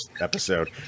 episode